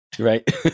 right